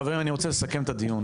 חברים, אני רוצה לסכם את הדיון.